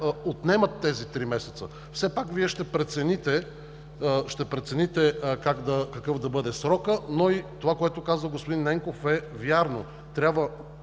отнемат три месеца. Все пак Вие ще прецените какъв да бъде срокът. Но и това, което каза господин Ненков, е вярно – трябва